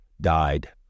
died